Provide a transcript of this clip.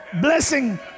blessing